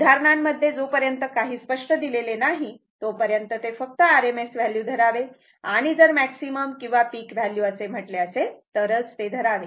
उदाहरणांमध्ये जोपर्यंत काही स्पष्ट दिलेले नाही तोपर्यंत ते फक्त RMS व्हॅल्यू धरावे आणि जर मॅक्सिमम किंवा पिक व्हॅल्यू असे म्हटले असेल तरच ते धरावे